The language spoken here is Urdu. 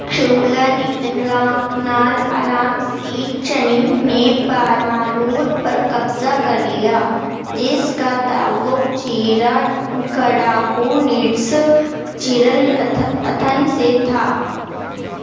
چولا نیتلانک نال الام سیٹ چنی نے پانالور پر قبضہ کر لیا جس کا تعلق چیرا کڈاکو نیڈس چیرل اتھن سے تھا